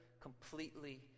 completely